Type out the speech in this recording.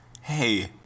Hey